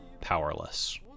powerless